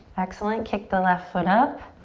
excellent. kick the left foot up.